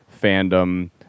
fandom